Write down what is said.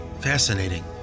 Fascinating